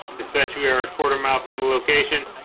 especially our quarter mile from the location